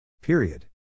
Period